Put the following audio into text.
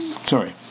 Sorry